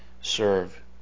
serve